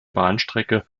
bahnstrecke